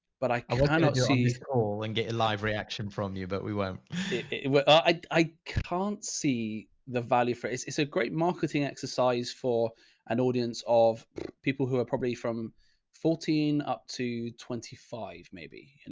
but i cannot see all and get a live reaction from you, but we won't. w i, i can't see the value for, it's it's a great marketing exercise for an audience of people who are probably from fourteen up to twenty five maybe, and